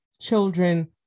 children